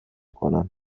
کنن